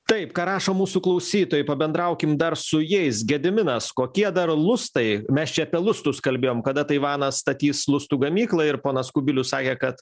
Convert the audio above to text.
taip ką rašo mūsų klausytojai pabendraukim dar su jais gediminas kokie dar lustai mes čia apie lustus kalbėjom kada taivanas statys lustų gamyklą ir ponas kubilius sakė kad